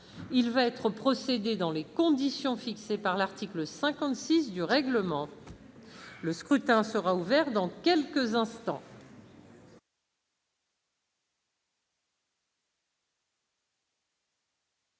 Il va y être procédé dans les conditions fixées par l'article 56 du règlement. Le scrutin est ouvert. Personne ne demande